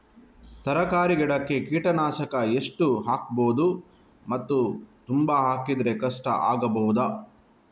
ತರಕಾರಿ ಗಿಡಕ್ಕೆ ಕೀಟನಾಶಕ ಎಷ್ಟು ಹಾಕ್ಬೋದು ಮತ್ತು ತುಂಬಾ ಹಾಕಿದ್ರೆ ಕಷ್ಟ ಆಗಬಹುದ?